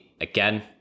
again